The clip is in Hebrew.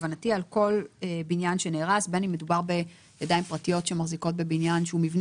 בין אם מדובר בידיים פרטיות שמחזיקות מבנה שמשמש